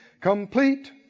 complete